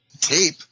tape